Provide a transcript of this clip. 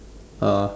uh